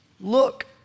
look